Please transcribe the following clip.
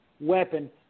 weapon